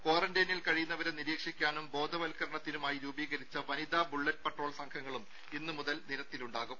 ക്വാറന്റൈനിൽ കഴിയുന്നവരെ നിരീക്ഷിക്കാനും ബോധവൽക്കരണത്തിനുമായി രൂപീകരിച്ച വനിതാ ബുള്ളറ്റ് പട്രോൾ സംഘങ്ങളും ഇന്നുമുതൽ നിരത്തിലുണ്ടാകും